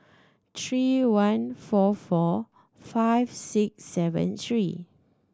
three one four four five six seven three